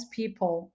people